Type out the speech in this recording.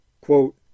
quote